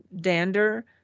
dander